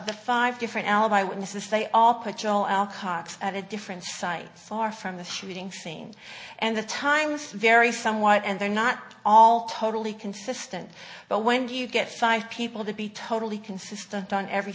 the five different alibi witnesses they all put joelle cards at a different site far from the shooting fame and the times vary somewhat and they're not all totally consistent but when you get five people to be totally consistent on every